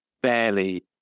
barely